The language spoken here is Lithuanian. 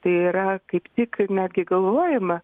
tai yra kaip tik netgi galvojama